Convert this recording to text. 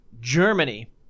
Germany